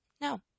No